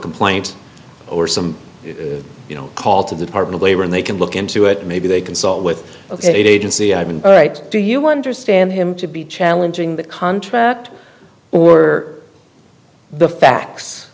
complaint or some you know call to the department of labor and they can look into it maybe they consult with an agency i mean all right do you understand him to be challenging the contract or the facts